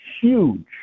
Huge